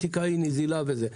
אם נחשוב שזה פוגע בתחרות אנחנו,